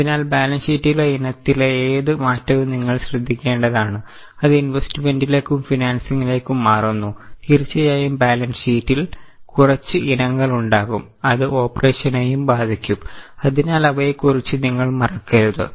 അതിനാൽ balance sheet ഇനത്തിലെ ഏത് മാറ്റവും നിങ്ങൾ ശ്രദ്ധിക്കേണ്ടതാണ് അത് ഇൻവെസ്റ്റ്മെന്റിലേക്കും ഫിനാൻസിംഗിലേക്കും മാറുന്നു തീർച്ചയായും ബാലൻസ് ഷീറ്റിൽ കുറച്ച് ഇനങ്ങൾ ഉണ്ടാകും അത് ഓപ്പറേഷനേയും ബാധിക്കും അതിനാൽ അവയെക്കുറിച്ച് നിങ്ങൾ മറക്കരുത്